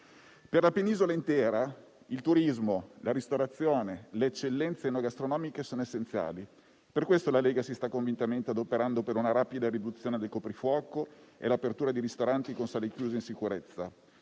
Per la penisola intera il turismo, la ristorazione e le eccellenze enogastronomiche sono essenziali. Per questo la Lega si sta convintamente adoperando per una rapida riduzione del coprifuoco e per l'apertura di ristoranti con sale chiuse in sicurezza.